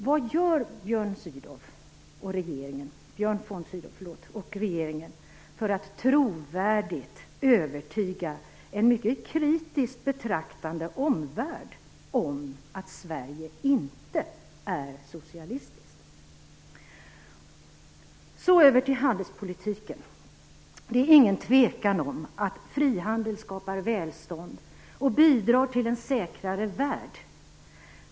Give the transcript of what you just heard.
Vad gör Björn von Sydow och regeringen för att trovärdigt övertyga en mycket kritiskt betraktande omvärld om att Sverige inte är socialistiskt? Så över till handelspolitiken. Det är ingen tvekan om att frihandel skapar välstånd och bidrar till en säkrare värld.